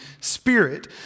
Spirit